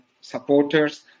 supporters